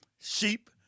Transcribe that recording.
sheep